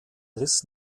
riss